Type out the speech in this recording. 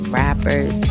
rappers